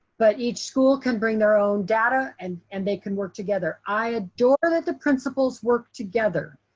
but each school can bring their own data and and they can work together. i adore that the principals work together,